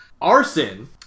Arson